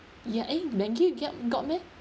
ya eh banking you get got meh